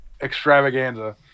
extravaganza